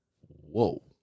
whoa